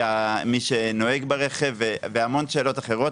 של מי שנוהג ברכב והמון שאלות אחרות,